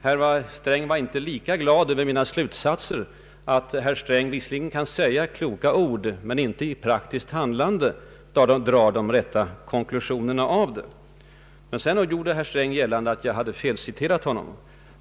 Herr Sträng var inte lika glad över mina slutsatser: att herr Sträng visserligen kan säga kloka ord men inte i praktiskt handlande dra de rätta konklusionerna. Sedan gjorde herr Sträng gällande att jag felciterat honom.